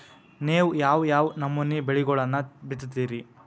ನೇವು ಯಾವ್ ಯಾವ್ ನಮೂನಿ ಬೆಳಿಗೊಳನ್ನ ಬಿತ್ತತಿರಿ?